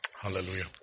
Hallelujah